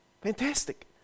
Fantastic